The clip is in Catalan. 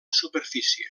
superfície